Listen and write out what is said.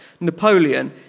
Napoleon